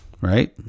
Right